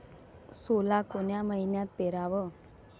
सोला कोन्या मइन्यात पेराव?